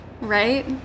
right